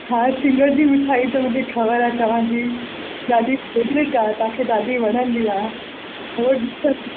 हा सिङर जी मिठाई त मूंखे ख़बरु आहे तव्हां जी ॾाढी फेवरेट आहे तव्हां खे ॾाढी वणंदी आहे हो सभु